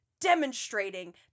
demonstrating